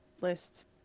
list